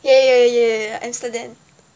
ya ya ya ya Amsterdam